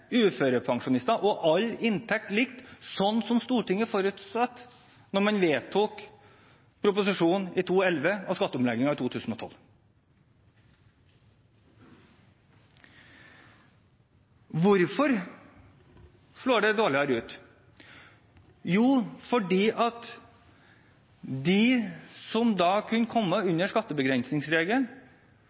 vedtok skatteomleggingen i 2012. Hvorfor slår det dårligere ut? Jo, fordi de som kunne komme under